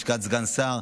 לשכת סגן שר,